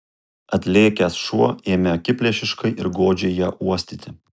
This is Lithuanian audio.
atlėkęs šuo ėmė akiplėšiškai ir godžiai ją uostyti